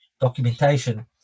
Documentation